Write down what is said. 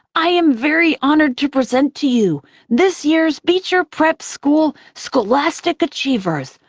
i am very honored to present to you this year's beecher prep school scholastic achievers.